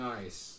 Nice